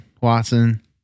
Watson